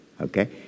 Okay